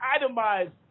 itemized